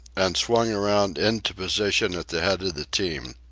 and swung around into position at the head of the team.